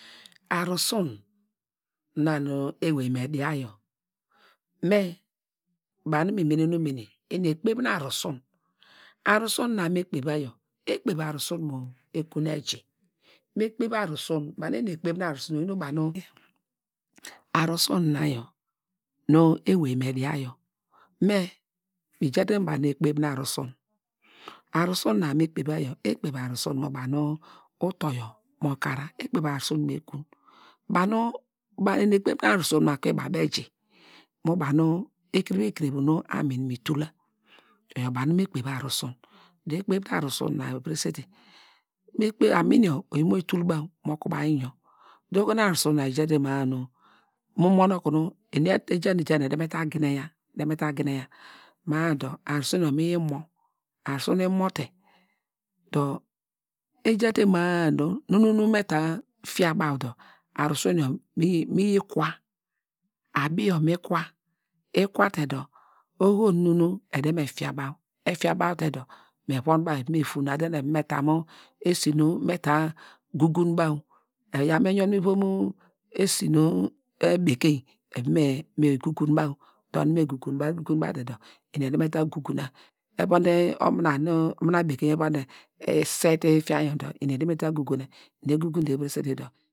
Arusu̱n na nu ewey me dia yor, me ba nu mi mene umene kpeva arusun, ekpev arusu̱n mu ekun eji, me kpev arusu̱n oyin banu, arusun na yor nu ewey me dia yor, me mi ja te ba nu ekpev nu arusun, arusun na nu me kpeva yor ekpev arusun ba nu uto mo kara, ekpev arusun mu ekun, ba nu, eni ekppev arusun na yor mu aku bebeji mu ba nu ekevire ekevire nu amin mi tula oyor ba nu me kpevu arusun dor ekpev te arusun na yor eviresete me kpe amun yor mi yi tul baw mo kubaw inyor, dor oho nu arusun na ijate ma- a dor eni eja eja eda me ta genaya dor arusun yor mi da yi moo ya te maa dor nu nu me ta fia baw dor arusun yor mi yi kwa, ikwa te dor oho nu nu ede me fia baw, efia baw te dor evun baw eva me founa eva me ta mu esi nu me ta gongon baw, eyaw me yun mu esi nu bekeiny me gongon baw, me gon gon baw, egongon baw te dor eni ede me ta gongona, evon omina nu omina bekeiny esisate ifianyo dor eni ede me ta gongona, eni egongan de eviresete dor